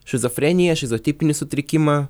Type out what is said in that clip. šizofreniją šizotipinį sutrikimą